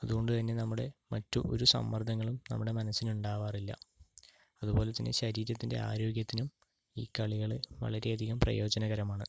അതുകൊണ്ടു തന്നെ നമ്മുടെ മറ്റ് ഒരു സമ്മർദ്ദങ്ങളും നമ്മുടെ മനസ്സിന് ഉണ്ടാവാറില്ല അതുപോലെ തന്നെ ശരീരത്തിൻ്റെ ആരോഗ്യത്തിനും ഈ കളികള് വളരെയധികം പ്രയോജനകരമാണ്